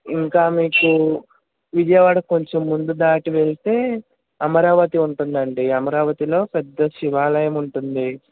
ఇంకా మీకు విజయవాడ కొంచెం ముందు దాటి వెళితే అమరావతి ఉంటుందండి అమరావతిలో పెద్ద శివాలయం ఉంటుంది